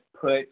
put